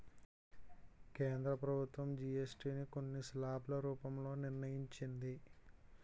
కేంద్ర ప్రభుత్వం జీఎస్టీ ని కొన్ని స్లాబ్ల రూపంలో నిర్ణయించింది